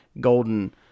golden